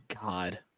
God